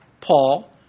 Paul